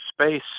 space